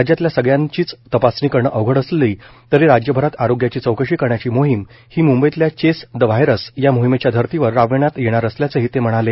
राज्यातल्या सगळ्यांचीच तपासणी करणं अवघड असली तरी राज्यभरात आरोग्याची चौकशी करण्याची मोहिम ही म्ंबईतल्या चेस द व्हायरस या मोहिमेच्या धर्तीवर राबवण्यात येणार असल्याचंही ते म्हणाले